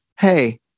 hey